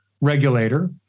regulator